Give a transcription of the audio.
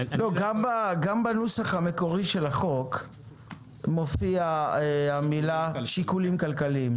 גם בנוסח המקורי של החוק מופיעה המילה "שיקולים כלכליים".